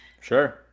sure